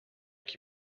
qui